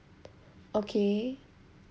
okay